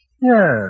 Yes